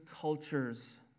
cultures